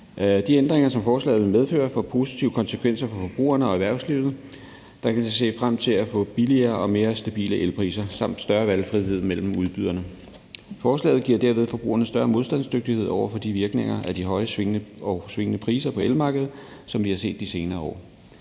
De ændringer, som forslaget vil medføre, får positive konsekvenser for forbrugerne og erhvervslivet, der kan se frem til at få billigere og mere stabile elpriser samt større valgfrihed mellem udbyderne. Forslaget giver derved forbrugerne større modstandsdygtighed over for de virkninger af de høje og svingende priser på elmarkedet, som vi har set de senere år.